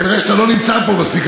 כנראה אתה לא נמצא פה מספיק,